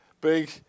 Big